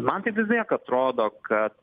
man tai vis tiek atrodo kad